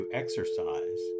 exercise